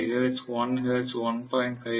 5 hertz 1 hertz 1